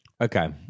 Okay